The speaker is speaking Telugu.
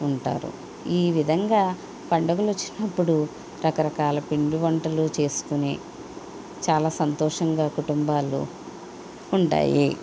ఉంటారు ఈ విధంగా పండుగలు వచ్చినప్పుడు రకరకాల పిండి వంటలు చేసుకుని చాలా సంతోషంగా కుటుంబాలు ఉంటాయి